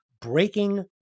Breaking